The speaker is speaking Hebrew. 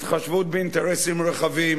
התחשבות באינטרסים רחבים,